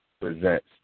presents